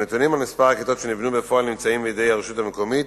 הנתונים על מספר הכיתות שנבנו בפועל נמצאים בידי הרשות המקומית,